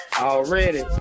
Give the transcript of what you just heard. already